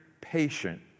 patient